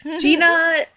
Gina